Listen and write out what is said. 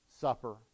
Supper